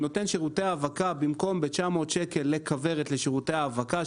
הוא נותן שירותי האבקה במקום ב-900 שקלים לכוורת לשירותי האבקה,